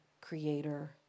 creator